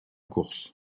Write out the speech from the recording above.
course